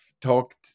talked